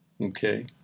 Okay